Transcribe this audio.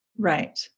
Right